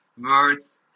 words